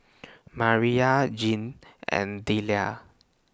Mariyah Jeane and Delia